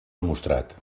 demostrat